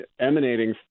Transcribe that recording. emanating